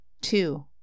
Two